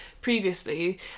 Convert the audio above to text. previously